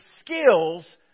skills